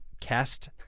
cast